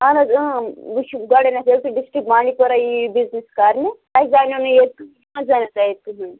اَہن حظ وٕچھ گۄڈنیٚتھ یٚیٚلہ تُہۍ ڈِسٹرک بانڈی پورہ ییِو بِزنِس کَرنہِ تۄہِ زانیٚو نہٕ ییٚتہ کٕہٕنۍ ما زَانیو تۄہہِ ییٚتہِ کٕہٕنۍ